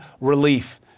relief